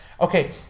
Okay